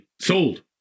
sold